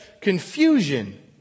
confusion